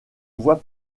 voie